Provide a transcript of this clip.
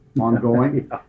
ongoing